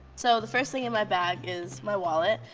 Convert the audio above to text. so the first thing in my bag is my wallet.